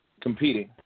competing